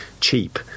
cheap